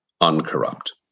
uncorrupt